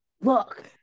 look